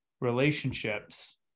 relationships